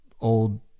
old